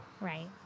Right